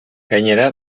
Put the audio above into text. gainera